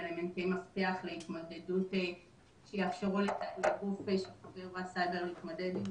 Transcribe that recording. מרכיבי מפתח להתמודדות שיאפשרו לגוף שעובר אירוע סייבר להתמודד.